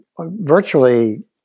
virtually